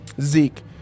zeke